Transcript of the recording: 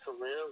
career